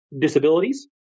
disabilities